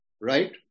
right